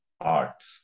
arts